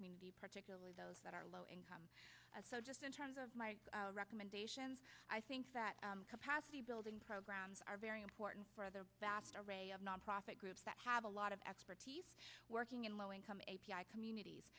community particularly those that are low income so just in terms of my recommendations i think that capacity building programs are very important for the vast array of nonprofit groups that have a lot of expertise working in low income communities